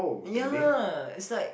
ya is like